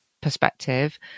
perspective